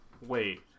Wait